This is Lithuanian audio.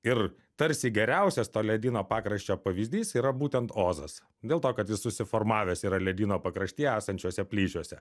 ir tarsi geriausias to ledyno pakraščio pavyzdys yra būtent ozas dėl to kad jis susiformavęs yra ledyno pakrašty esančiuose plyšiuose